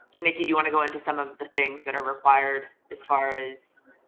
nikki, do you wanna go into some of the things that are required as far as